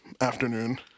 afternoon